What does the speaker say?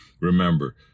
Remember